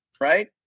right